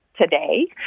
today